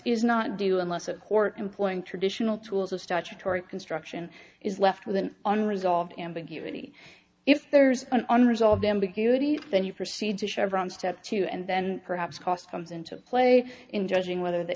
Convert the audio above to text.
is not do unless a court employing traditional tools of statutory construction is left with an unresolved ambiguity if there's an unresolved ambiguity then you proceed to chevron step two and then perhaps cost comes into play in judging whether the